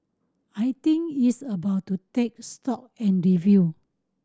I think it's about to take stock and review